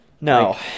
No